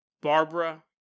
Barbara